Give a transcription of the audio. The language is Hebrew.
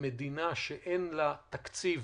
מדינה שאין לה תקציב